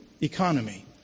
economy